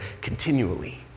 continually